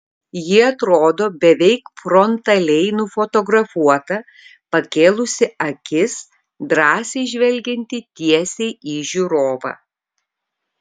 ji atrodo beveik frontaliai nufotografuota pakėlusi akis drąsiai žvelgianti tiesiai į žiūrovą